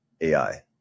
AI